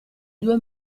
due